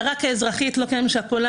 הערה כאזרחית, לא כאם שכולה,